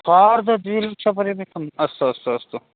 हर्षः द्विलक्षपर्यकम् अस्तु अस्तु अस्तु